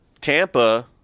Tampa